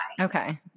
Okay